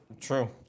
True